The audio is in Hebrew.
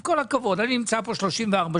עם כל הכבוד, אני נמצא פה 34 שנה.